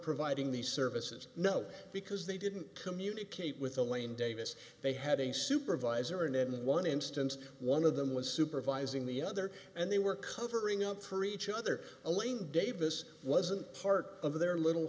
providing these services no because they didn't communicate with elaine davis they had a supervisor and in one instance one of them was supervising the other and they were covering up for each other elaine davis wasn't part of their little